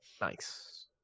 Nice